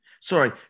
Sorry